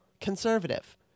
conservative